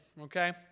okay